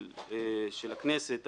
של הכנסת,